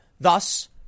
Thus